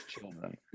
children